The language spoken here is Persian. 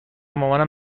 مامانم